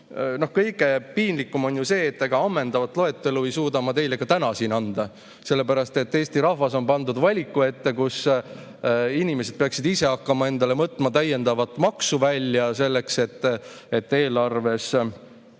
Kõige piinlikum on see, et ega ammendavat loetelu ei suuda ma ka täna teile siin anda, sellepärast et Eesti rahvas on pandud valiku ette, et inimesed peaksid ise hakkama võtma endale täiendavat maksu välja, selleks et eelarves